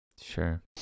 Sure